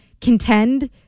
contend